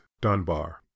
Dunbar